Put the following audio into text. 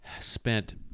spent